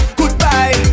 goodbye